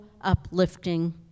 uplifting